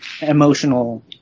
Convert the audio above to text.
emotional